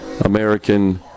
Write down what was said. American